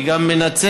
אני גם מנצל